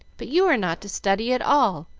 but you are not to study at all,